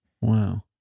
wow